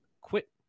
quit